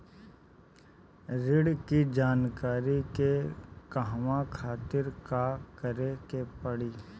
ऋण की जानकारी के कहवा खातिर का करे के पड़ी?